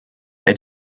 they